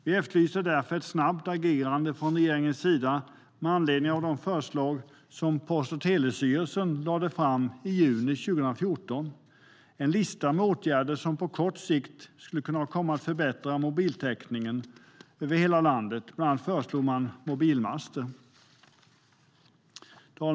Vi efterlyser därför ett snabbt agerande från regeringens sida med anledning av de förslag som Post och telestyrelsen lade fram i juni 2014. Det innehöll en lista med åtgärder som på kort sikt skulle kunna förbättra mobiltäckningen över hela landet. Bland annat föreslog man samhällsmaster.